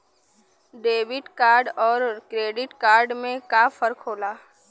Debit card अउर credit card में का फर्क होला?